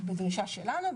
על פי דרישה שלנו,